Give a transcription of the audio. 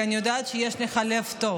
כי אני יודעת שיש לך לב טוב.